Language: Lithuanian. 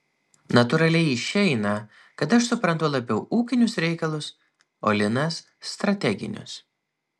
natūraliai išeina kad aš suprantu labiau ūkinius reikalus o linas strateginius